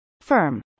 Firm